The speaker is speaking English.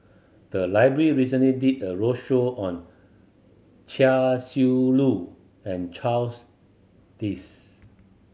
the library recently did a roadshow on Chia Shi Lu and Charles Dyce